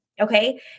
okay